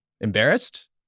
embarrassed